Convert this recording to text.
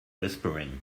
whispering